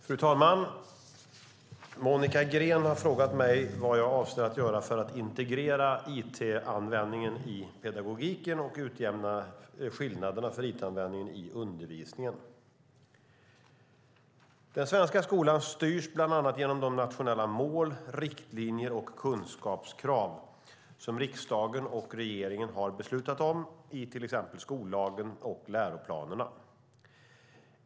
Fru talman! Monica Green har frågat mig vad jag avser att göra för att integrera it-användningen i pedagogiken och utjämna skillnaderna för it-användningen i undervisningen. Den svenska skolan styrs bland annat genom de nationella mål, riktlinjer och kunskapskrav som riksdagen och regeringen har beslutat om i till exempel skollagen och läroplanerna.